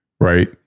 right